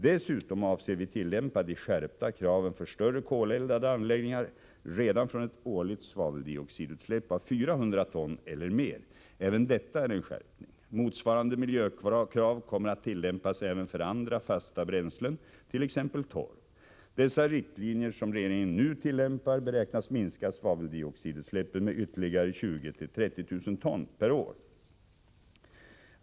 Dessutom avser vi tillämpa de skärpta kraven för större koleldade anläggningar redan från ett årligt svaveldioxidutsläpp av 400 ton eller mer. Även detta är en skärpning. Motsvarande miljökrav kommer att tillämpas även för andra fasta bränslen, t.ex. torv. Dessa riktlinjer som regeringen nu tillämpar beräknas minska svaveldioxidutsläppen med ytterligare 20 000-30 000 ton/ år.